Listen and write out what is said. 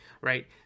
right